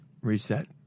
Reset